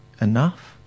enough